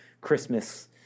Christmas